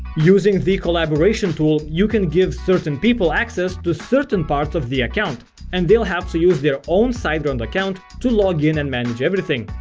using the collaboration tool you can give certain people access to certain parts of the account and they'll have to use their own siteground account to log in and manage everything.